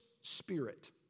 spirit